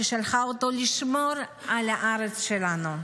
ששלחה אותו לשמור על הארץ שלנו.